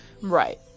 Right